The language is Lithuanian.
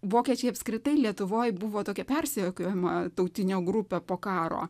vokiečiai apskritai lietuvoj buvo tokia persekiojama tautinė grupė po karo